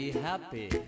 happy